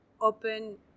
open